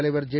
தலைவர் ஜெ